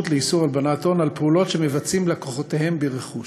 לאיסור הלבנת הון על פעולות שמבצעים לקוחותיהם ברכוש.